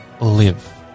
live